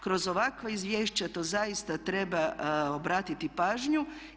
Kroz ovakva izvješća to zaista treba obratiti pažnju.